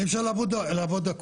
אי אפשר לעבוד עקום,